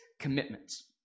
commitments